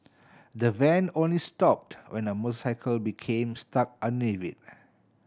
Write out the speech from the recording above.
the van only stopped when a motorcycle became stuck underneath it